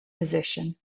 position